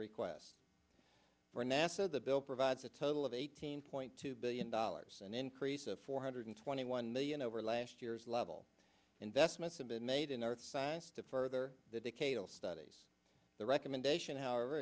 request for nasa the bill provides a total of eighteen point two billion dollars an increase of four hundred twenty one million over last year's level investments have been made in earth science to further the day kadal studies the recommendation however